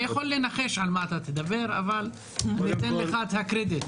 אני יכול לנחש על מה אתה תדבר אבל אני אתן לך את הקרדיט.